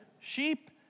sheep